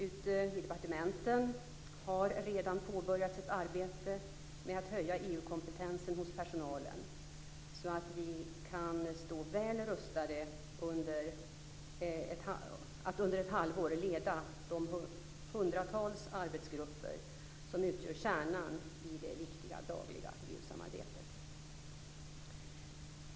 Ute i departementen har redan påbörjats ett arbete med att höja EU-kompetensen hos personalen så att vi kan stå väl rustade att under ett halvår leda de hundratals arbetsgrupper som utgör kärnan i det viktiga dagliga EU-samarbetet.